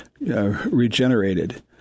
regenerated